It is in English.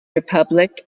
republic